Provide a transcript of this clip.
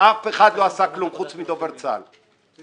אף אחד לא עשה כלום, חוץ מדובר צה"ל וצה"ל.